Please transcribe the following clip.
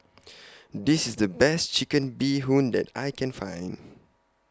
This IS The Best Chicken Bee Hoon that I Can Find